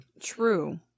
true